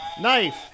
knife